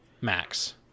Max